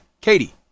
Katie